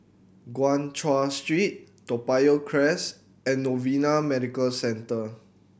Guan Chuan Street Toa Payoh Crest and Novena Medical Centre